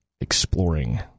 exploring